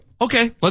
Okay